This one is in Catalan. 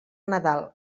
nadal